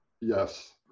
Yes